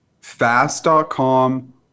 fast.com